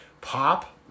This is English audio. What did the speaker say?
pop